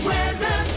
Weather